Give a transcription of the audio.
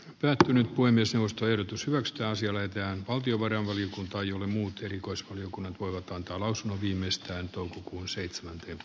työtön voi myös ostaa yritysmäistä ansiolentää valtiovarainvaliokunta jolle muut erikoisvaliokunnat voivat antaa lausunnon viimeistään toukokuun enemmän